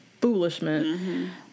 foolishness